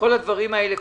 כל הדברים האלה,